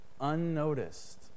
unnoticed